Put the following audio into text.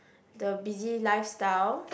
the busy lifestyle